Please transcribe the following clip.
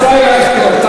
ישראל אייכלר,